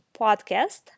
podcast